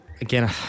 again